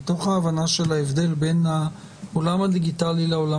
מתוך ההבנה של ההבדל בין העולם הדיגיטלי לעולם